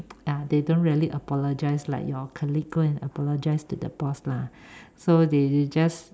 uh they don't really apologise like your colleague go and apologise to the boss lah so they just